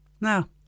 Now